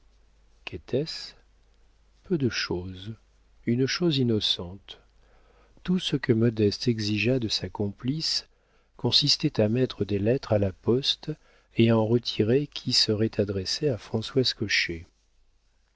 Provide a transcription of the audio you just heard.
qu'était-ce peu de chose une chose innocente tout ce que modeste exigea de sa complice consistait à mettre des lettres à la poste et à en retirer qui seraient adressées à françoise